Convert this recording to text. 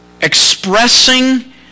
expressing